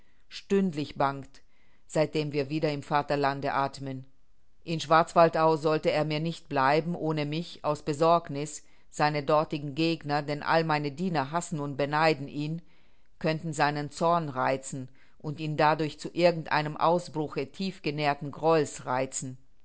stündlich bangt seitdem wir wieder im vaterlande athmen in schwarzwaldau sollte er mir nicht bleiben ohne mich aus besorgniß seine dortigen gegner denn all meine diener hassen und beneiden ihn könnten seinen zorn reizen und ihn dadurch zu irgend einem ausbruche tiefgenährten grolles reizen